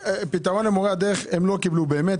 מורי הדרך לא קיבלו פתרון,